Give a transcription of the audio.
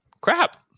crap